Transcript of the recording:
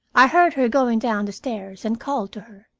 i heard her going down the stairs and called to her.